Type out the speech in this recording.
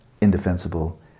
indefensible